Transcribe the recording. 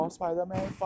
Spider-Man